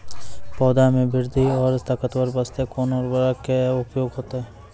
पौधा मे बृद्धि और ताकतवर बास्ते कोन उर्वरक के उपयोग होतै?